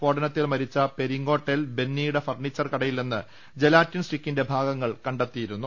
സ്ഫോടനത്തിൽ മരിച്ച പെരിങ്ങാട്ടേൽ ബെന്നിയുടെ ഫർണിച്ചർ കടയിൽ നിന്ന് ജലാറ്റിൻ സ്റ്റിക്കിന്റെ ഭാഗങ്ങൾ കണ്ടെത്തിയിരുന്നു